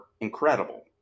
incredible